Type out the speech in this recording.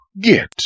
get